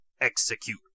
Execute